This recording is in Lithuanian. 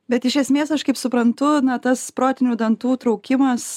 bet iš esmės aš kaip suprantu na tas protinių dantų traukimas